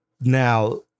now